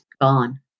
gone